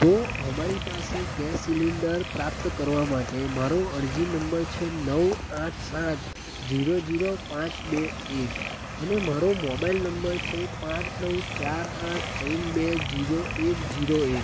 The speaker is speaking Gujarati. તો અમારી પાસે ગેસ સીલીન્ડર પ્રાપ્ત કરવા માટે મારો અરજી નંબર છે નવ આઠ સાત જીરો જીરો પાંચ બે એક અને મારો મોબઈલ નંબર છે પાંચ નવ ચાર આઠ ત્રણ બે જીરો એક જીરો એક